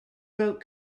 wrote